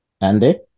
Andy